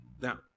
Now